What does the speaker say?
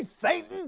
Satan